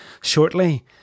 shortly